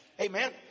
Amen